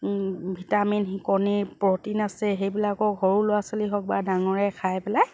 vitamin protein আছে সেইবিলাকক সৰু ল'ৰা ছোৱালী হওক বা ডাঙৰে খাই পেলাই